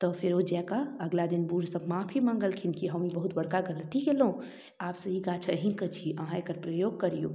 तऽ फेर ओ जाकऽ अगिला दिन ओइ बूढ़सँ माफी मङ्गलखिन की हम ई बहुत बड़का गलती कयलहुँ आबसँ ई गाछ अहिंके छी अहाँ एकरा प्रयोग करियौ